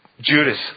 Judas